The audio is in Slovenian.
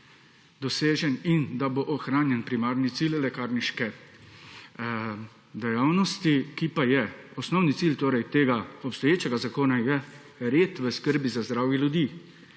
dosežen in da bo ohranjen primarni cilj lekarniške dejavnosti, ki je osnovni cilj obstoječega zakona, to je red v skrbi za zdravje ljudi.